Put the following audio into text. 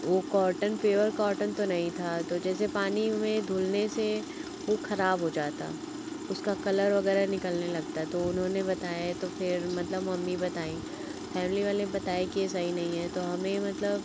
वह cotton pure cotton तो नहीं था तो जैसे पानी में धुलने से वह ख़राब हो जाता उसका कलर वग़ैरह निकलने लगता तो उन्होंने बताया तो फिर मतलब मम्मी बताईं फैमिली वाले बताए कि यह सही नहीं है तो हमें मतलब